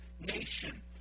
nation